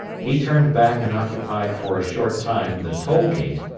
he turned back and occupied for a short time the toll gate,